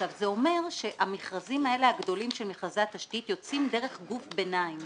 זה אומר שהמכרזים האלה הגדולים של מכרזי התשתית יוצאים דרך גוף ביניים